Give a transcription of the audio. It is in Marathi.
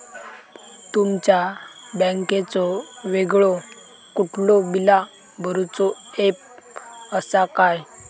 तुमच्या बँकेचो वेगळो कुठलो बिला भरूचो ऍप असा काय?